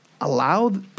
Allow